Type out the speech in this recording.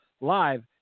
Live